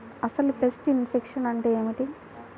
అసలు pest infection అంటే ఏమిటి?